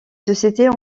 sociétés